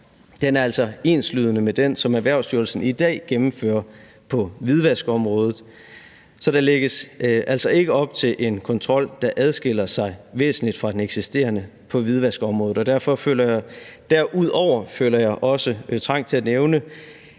her, er altså enslydende med den, som Erhvervsstyrelsen i dag gennemfører på hvidvaskområdet. Så der lægges altså ikke op til en kontrol, der adskiller sig væsentligt fra den eksisterende på hvidvaskområdet. Og derudover føler jeg også trang til at nævne